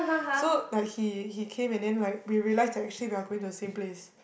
so like he he came and then like we realise that actually we are going to the same place